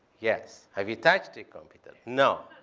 yes. have you touched a computer? no.